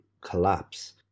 collapse